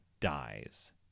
dies